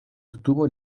obtuvo